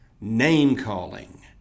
name-calling